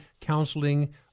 counseling